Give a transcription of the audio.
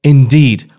Indeed